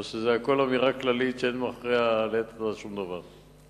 או שהכול אמירה כללית שאין מאחוריה לעת עתה שום דבר?